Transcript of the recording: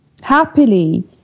happily